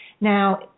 Now